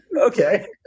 okay